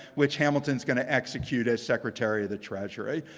which hamilton is going to execute as secretary of the treasury.